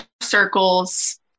circles